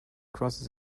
crosses